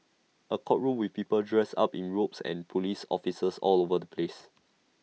A courtroom with people dressed up in robes and Police officers all over the place